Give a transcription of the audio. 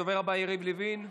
הדובר הבא, יריב לוין,